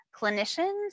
clinicians